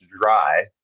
dry